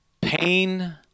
pain